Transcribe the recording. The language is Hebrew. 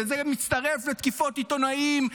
וזה מצטרך לתקיפות עיתונאים,